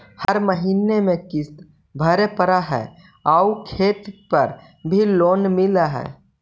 हर महीने में किस्त भरेपरहै आउ खेत पर भी लोन मिल है?